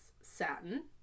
satin